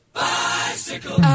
bicycle